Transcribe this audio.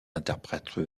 interprètes